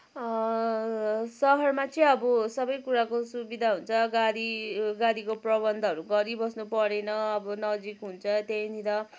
सहरमा चाहिँ अब सबै कुराको सुविधा हुन्छ गाडी गाडीको प्रबन्धहरू गरिबस्नु परेन अब नजिक हुन्छ त्यहीँनिर